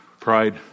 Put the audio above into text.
pride